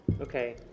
Okay